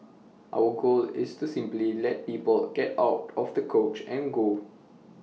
our goal is to simply let people get out off the couch and go